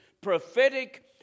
prophetic